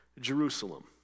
Jerusalem